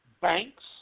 banks